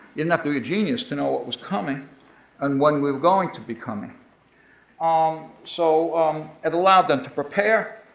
didn't have to be a genius to know what was coming and when we were going to be coming. um so it allowed them to prepare,